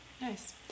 Nice